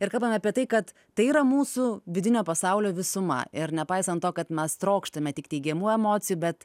ir kalbame apie tai kad tai yra mūsų vidinio pasaulio visuma ir nepaisant to kad mes trokštame tik teigiamų emocijų bet